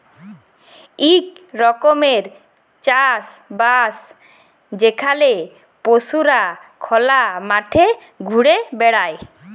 ইক রকমের চাষ বাস যেখালে পশুরা খলা মাঠে ঘুরে বেড়ায়